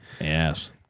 Yes